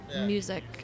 music